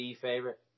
favorite